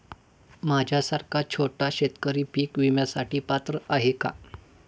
माझ्यासारखा छोटा शेतकरी पीक विम्यासाठी पात्र आहे का?